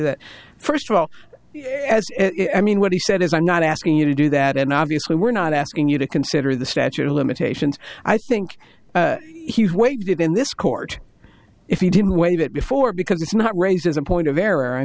that first of all i mean what he said is i'm not asking you to do that and obviously we're not asking you to consider the statute of limitations i think he's waived it in this court if he didn't waive it before because it's not raised as a point of